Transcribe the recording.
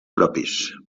propis